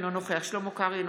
אינו נוכח שלמה קרעי,